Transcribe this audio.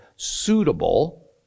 suitable